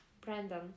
brandon